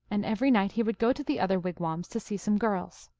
and every night he would go to the other wigwams to see some girls.